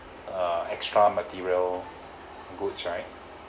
uh extra material goods right